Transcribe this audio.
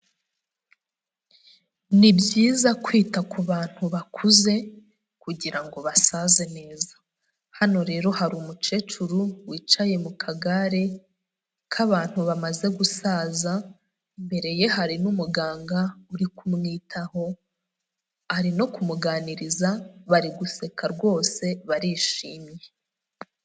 Ni byiza kwita ku bantu bakuze kugirango basaze neza. Hano rero hari umukecuru wicaye mu kagare k'abantu bamaze gusaza, imbere ye hari n'umuganga uri kumwitaho, ari no kumuganiriza bari guseka rwose barishimye.